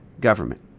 government